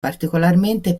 particolarmente